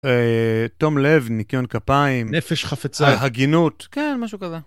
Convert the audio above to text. תום לב, ניקיון כפיים, נפש חפצה, הגינות. כן, משהו כזה.